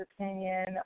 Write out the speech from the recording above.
opinion